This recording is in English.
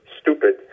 stupid